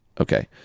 Okay